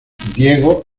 diego